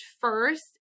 first